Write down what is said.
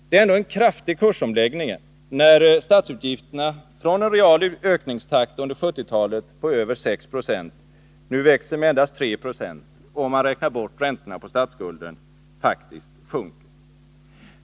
Det är ändå en kraftig kursomläggning när statsutgifterna från en real ökningstakt under 1970-talet på över 6 70 nu växer med endast 3 20 och — om man räknar bort räntorna på statsskulden — faktiskt sjunker.